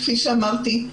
כפי שאמרתי,